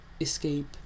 escape